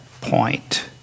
point